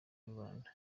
rubanda